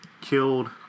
killed